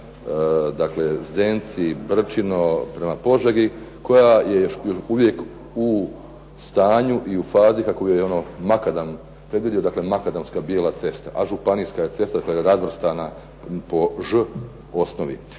dakle Zdenci – Brčino prema Požegi koja je još uvijek u stanju i u fazi kako ju je ono makadam predvidio. Dakle, makadamska bijela cesta, a županijska je cesta. Dakle, razvrstana po ž osnovi.